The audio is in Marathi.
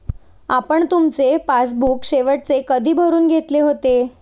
आपण तुमचे पासबुक शेवटचे कधी भरून घेतले होते?